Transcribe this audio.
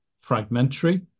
fragmentary